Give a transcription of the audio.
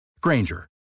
Granger